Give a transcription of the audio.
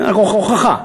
רק הוכחה.